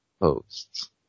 posts